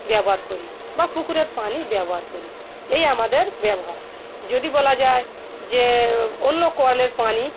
ব্যবহার করি বা পুকুরের পানি ব্যবহার করি এই আমাদের ব্যবহার যদি বলা যায় যে অন্য কলের পানি